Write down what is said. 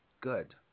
Good